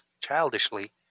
childishly